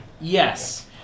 Yes